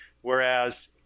whereas